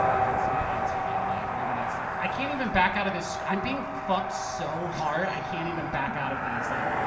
i got some pants, finally. maybe that's i can't even back out of the i'm being fucked so hard, i can't even back out of these, like,